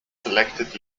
selected